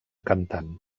cantant